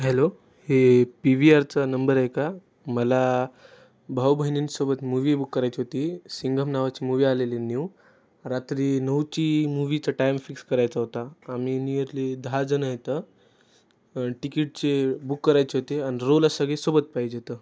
hello हे P V आरचा number आहे का मला भाऊ बहिणींसोबत मूव्ही बुक करायची होती सिंघम नावाची मूव्ही आलेली न्यू रात्री नऊची मूवीचा टाईम फिक्स करायचा होता आम्ही नियअरली दहा जणं आहेत टिकीटचे बुक करायचे होते आणि रोला सगळी सोबत पाहिजेत